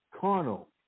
Carnal